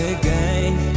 again